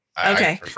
Okay